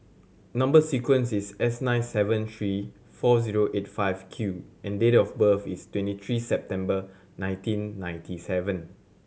number sequence is S nine seven three four zero eight five Q and date of birth is twenty three September nineteen ninety seven